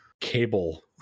cable